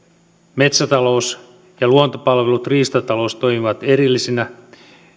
metsätalous luontopalvelut ja riistatalous toimivat erillisinä